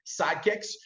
sidekicks